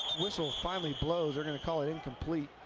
whistle finally blows, they're going to call it incomplete.